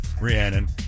Rhiannon